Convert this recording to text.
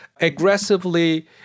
aggressively